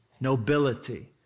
nobility